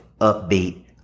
upbeat